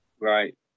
Right